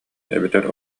эбэтэр